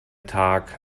tag